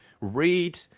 read